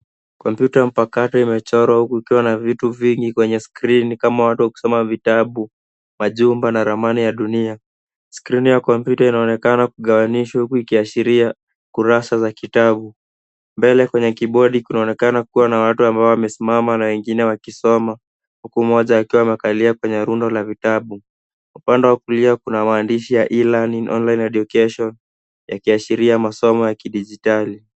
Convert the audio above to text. Kompyuta mpakato imechorwa huku ikiwa na vitu vingi kwenye skrini kama watu wakisoma vitabu, majumba na ramani ya dunia. Skrini ya kompyuta inaonekana kugawanyishwa huku ikiashiria kurasa za kitabu. Mbele kwenye kibodi kunaonekana kuwa na watu ambao wamesimama na wengine wakisoma, huku mmoja akiwa amekalia kwenye rundo la vitabu. Kwa upande wa kulia kuna maandishi ya e-learning online education , yakiashiria masomo ya kidijitali.